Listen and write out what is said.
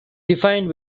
defined